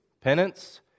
penance